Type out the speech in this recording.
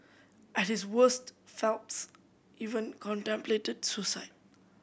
at his worst Phelps even contemplated suicide